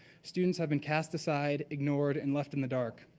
students have been cast aside, ignored and left in the dark.